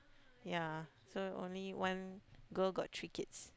yea so only one girl got three kids